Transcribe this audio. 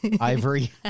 ivory